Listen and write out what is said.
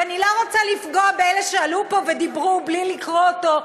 ואני לא רוצה לפגוע באלה שעלו פה ודיברו בלי לקרוא אותו,